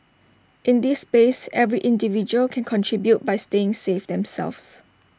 in this space every individual can contribute by staying safe themselves